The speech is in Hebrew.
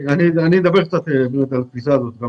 אני אדבר קצת על התפיסה הזו.